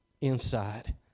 inside